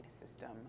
system